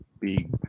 big